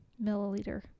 milliliter